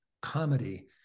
comedy